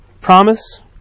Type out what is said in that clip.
Promise